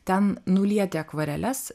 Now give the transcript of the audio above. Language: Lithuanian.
ten nulieti akvareles